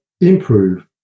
improve